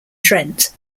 trent